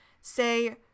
say